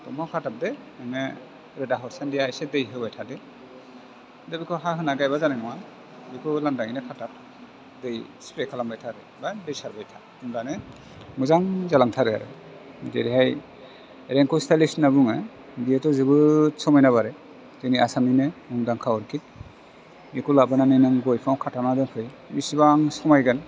दंफाङाव खाथाबदो नोङो रोदा हरसानदिया एसे दै होबाय थादो दा बेखौ हा होनानै गायबा जानाय नङा बेखौ लांदाङैनो खाथाब दै स्फ्रे खालामबाय था बा दै सारबाय था अब्लानो मोजां जालांथारो आरो जेरैहाय रेपशटाइलस होननानै बुङो बेथ' जोबोर समायना बारो जोंनि आसामनिनो मुंदांखा अरखिद बेखौ लाबोनानै नों गय बिफांयाव खाथाबनानै दोनफै बिसिबां समायगोन